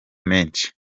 menshi